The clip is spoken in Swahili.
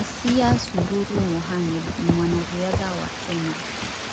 Asiya Sururu Mohammed ni mwanariadha wa Kenya.